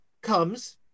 comes